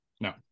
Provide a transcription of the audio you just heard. No